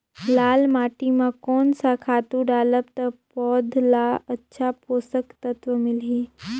लाल माटी मां कोन सा खातु डालब ता पौध ला अच्छा पोषक तत्व मिलही?